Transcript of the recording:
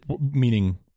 meaning